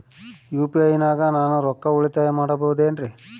UPI ನಾಗ ನಾನು ರೊಕ್ಕ ಉಳಿತಾಯ ಮಾಡಬಹುದೇನ್ರಿ?